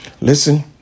Listen